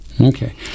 Okay